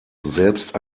selbst